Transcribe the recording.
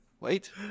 wait